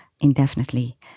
indefinitely